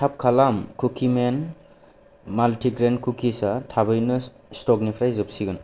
थाब खालाम कुकिमेन माल्टिग्रेन कुकिसआ थाबैनो स्टकनिफ्राय जोबसिगोन